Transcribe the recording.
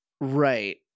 Right